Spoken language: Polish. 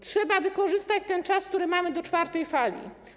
Trzeba wykorzystać ten czas, który mamy do czwartej fali.